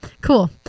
cool